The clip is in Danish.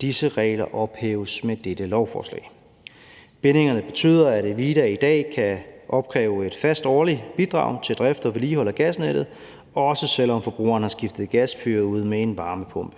Disse regler ophæves med dette lovforslag. Bindingerne betyder, at Evida i dag kan opkræve et fast årligt bidrag til drift og vedligehold af gasnettet, også selv om forbrugerne har skiftet gasfyret ud med en varmepumpe.